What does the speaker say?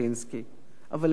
אבל למרבה הצער,